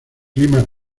clima